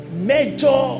major